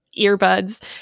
earbuds